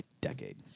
decade